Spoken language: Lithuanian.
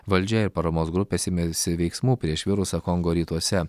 valdžia ir paramos grupės ėmėsi veiksmų prieš virusą kongo rytuose